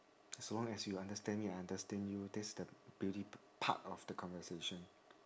so long as you understand me I understand you that's the beauty p~ part of the conversation